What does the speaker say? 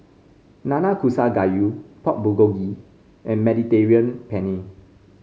Nanakusa Gayu Pork Bulgogi and Mediterranean Penne